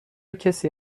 کسی